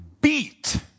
beat